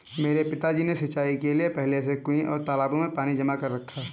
मेरे पिताजी ने सिंचाई के लिए पहले से कुंए और तालाबों में पानी जमा कर रखा है